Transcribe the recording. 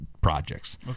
projects